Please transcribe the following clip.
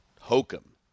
Hokum